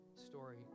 story